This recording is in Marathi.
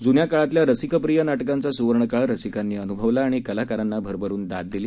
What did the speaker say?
जुन्याकाळातल्यारसिकप्रियनाटकांचासुवर्णकाळरसिकांनीअनुभवलाआणि कलाकारांनाभरभरुनदाददिली